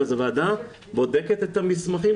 אלא זו ועדה שבודקת את המסמכים,